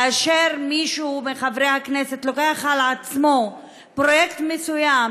כאשר מישהו מחברי הכנסת לוקח על עצמו פרויקט מסוים,